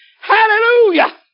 Hallelujah